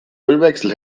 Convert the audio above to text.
ölwechsel